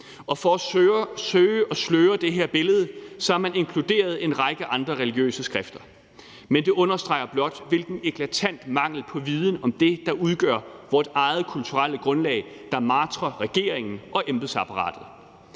og for at søge at sløre det her billede har man inkluderet en række andre religiøse skrifter. Men det understreger blot, hvilken eklatant mangel på viden om det, som udgør vores eget kulturelle grundlag, der martrer regeringen og embedsapparatet.